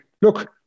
look